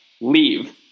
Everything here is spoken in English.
leave